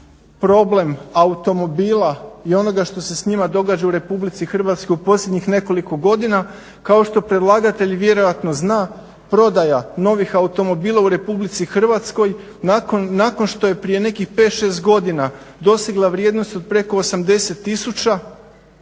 problem automobila i onoga što se s njima događa u Republici Hrvatskoj u posljednjih nekoliko godina, kao što predlagatelj vjerojatno zna prodaja novih automobila u Republici Hrvatskoj nakon što je prije nekih 5, 6 godina dosegla vrijednost od preko 80 tisuća